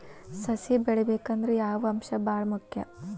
ಸಸಿ ಬೆಳಿಬೇಕಂದ್ರ ಯಾವ ಅಂಶ ಭಾಳ ಮುಖ್ಯ?